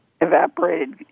evaporated